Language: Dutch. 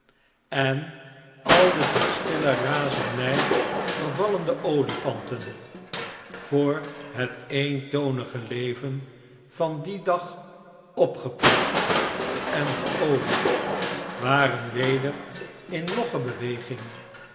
en al de tot stille razernij vervallene olifanten voor het eentonige leven van dien dag opgepoetst en geolied waren weder in logge beweging